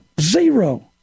Zero